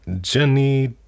Jenny